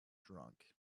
drunk